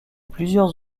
plusieurs